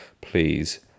please